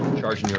charged